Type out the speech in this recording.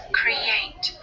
create